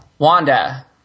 Wanda